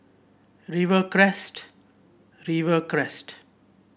Rivercrest Rivercrest